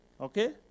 Okay